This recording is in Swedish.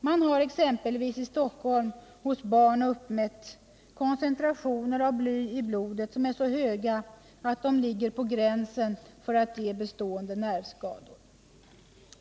Man har exempelvis i Stockholm hos barn uppmätt koncentrationer av bly i blodet som är så höga att de ligger på gränsen för att ge bestående nervskador.